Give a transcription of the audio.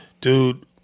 Dude